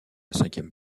cinquième